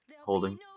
holding